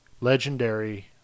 legendary